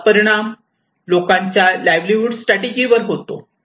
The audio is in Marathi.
त्याचा परिणाम लोकांच्या लाईव्हलीहूड स्ट्रॅटेजि होतो